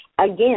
Again